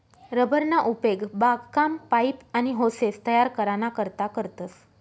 rubber ना उपेग बागकाम, पाइप, आनी होसेस तयार कराना करता करतस